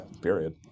period